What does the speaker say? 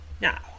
Now